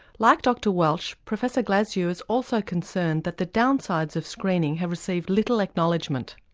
like dr welch, professor glasziou is also concerned that the downsides of screening have received little acknowledgment.